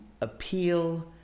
appeal